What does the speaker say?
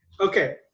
okay